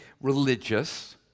religious